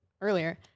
Earlier